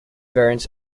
variants